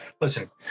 listen